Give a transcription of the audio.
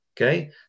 Okay